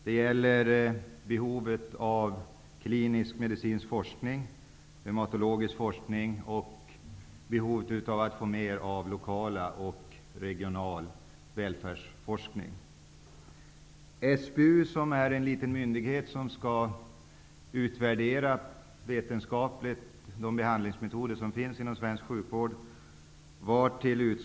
Det gäller behovet av klinisk-medicinsk forskning, av reumatologisk forskning och av mer lokal och regional välfärdsforskning. SBU har uppvaktat utskottet. SBU är en liten myndighet som vetenskapligt skall utvärdera de behandlingsmetoder som finns inom svensk sjukvård.